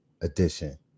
edition